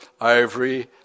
ivory